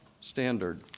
standard